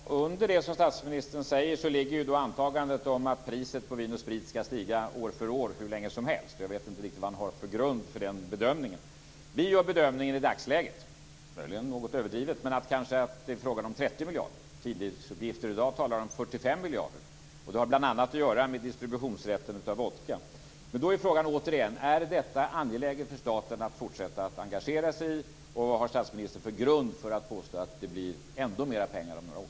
Fru talman! Under det som statsministern säger ligger antagandet att priset på Vin & Sprit ska stiga år för år hur länge som helst. Jag vet inte riktigt vad han har för grund för den bedömningen. Vi gör den bedömningen i dagsläget, möjligen något överdrivet, att det kanske är fråga om 30 miljarder. Uppgifter i dag går ut på 45 miljarder. Det har bl.a. att göra med rätten till distribution av vodka. Men då är frågan återigen: Är det angeläget för staten att fortsätta att engagera sig i detta, och vad har statsministern för grund för att påstå att det blir ännu mera pengar om några år?